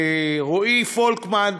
רועי פולקמן,